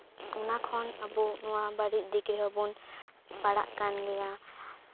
ᱚᱱᱟ ᱠᱷᱚᱱ ᱟᱵᱚ ᱱᱚᱣᱟ ᱵᱟᱹᱲᱤᱡ ᱫᱤᱠ ᱨᱮᱦᱚᱸ ᱵᱚᱱ ᱯᱟᱲᱟᱜ ᱠᱟᱱ ᱜᱮᱭᱟ